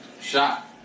shot